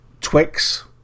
Twix